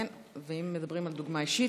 ואם מדברים על דוגמה אישית,